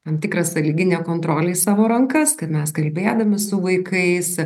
tam tikrą sąlyginę kontrolę į savo rankas kad mes kalbėdami su vaikais